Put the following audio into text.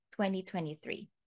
2023